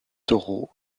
toro